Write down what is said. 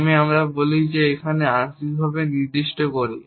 এবং আমরা বলি যে আমরা আংশিকভাবে নির্দিষ্ট করি